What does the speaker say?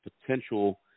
potential